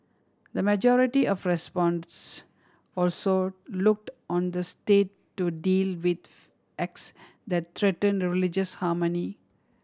the majority of respondents also looked on the State to deal with acts that threatened religious harmony